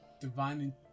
Divine